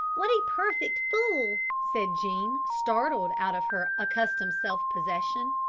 what a perfect fool! said jean, startled out of her accustomed self-possession.